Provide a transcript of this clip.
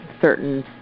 certain